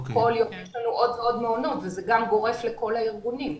כל יום יש לנו עוד מעונות וזה גורף לכל הארגונים.